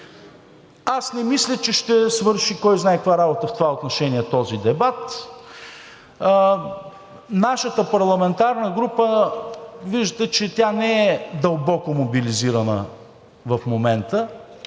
Аз не мисля, че ще свърши кой знай каква работа в това отношение този дебат. Нашата парламентарна група, виждате, че тя не е дълбоко мобилизирана в момента